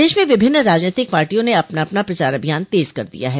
प्रदेश में विभिन्न राजनैतिक पार्टिया ने अपना अपना प्रचार अभियान तेज़ कर दिया है